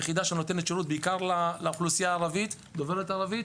יחידה שנותנת שירות בעיקר לאוכלוסייה דוברת ערבית,